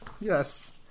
Yes